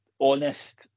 honest